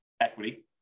equity